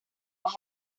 las